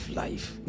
life